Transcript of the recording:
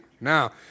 Now